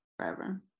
forever